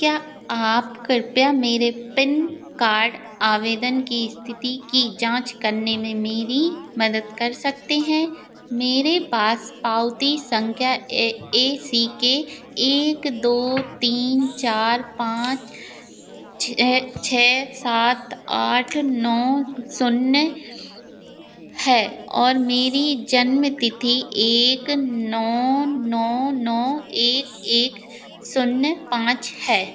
क्या आप कृपया मेरे पेन कार्ड आवेदन की स्थिति की जांच करने में मेरी मदद कर सकते हैं मेरे पास पावती संख्या ए सी के एक दो तीन चार पांच छः छः सात आठ नौ शून्य है और मेरी जन्मतिथि एक नौ नौ नौ एक एक शून्य पांच है